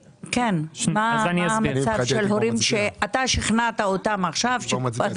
מהו המצב של הורים שאתה שכנעת אותם שקופת